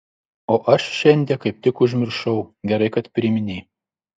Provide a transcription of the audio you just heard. o aš šiandie kaip tik užmiršau gerai kad priminei